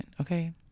Okay